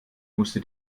musste